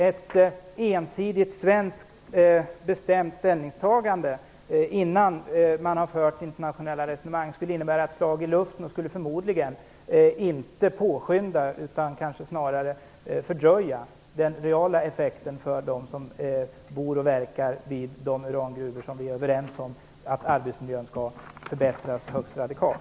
Ett ensidigt svenskt bestämt ställningstagande innan man har fört internationella resonemang skulle innebära ett slag i luften och skulle förmodligen inte påskynda, kanske snarare fördröja den reala effekten för dem som bor och verkar vid de urangruvor där vi är överens om att arbetsmiljön skall förbättras högst radikalt.